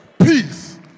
peace